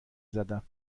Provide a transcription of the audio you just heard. زدم